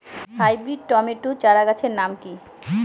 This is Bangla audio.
হাইব্রিড টমেটো চারাগাছের নাম কি?